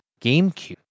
GameCube